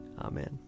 Amen